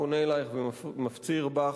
פונה אלייך ומפציר בך,